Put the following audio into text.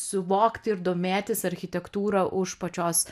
suvokti ir domėtis architektūra už pačios